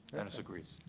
dennis agrees.